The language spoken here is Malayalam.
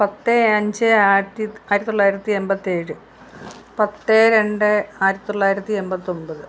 പത്ത് അഞ്ച് ആയിരത്തിത്തൊള്ളായിരത്തി എമ്പത്തിയേഴ് പത്ത് രണ്ട് ആയിരത്തിത്തൊള്ളായിരത്തി എമ്പത്തൊമ്പത്